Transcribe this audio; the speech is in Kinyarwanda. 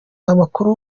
amakuru